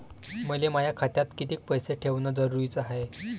मले माया खात्यात कितीक पैसे ठेवण जरुरीच हाय?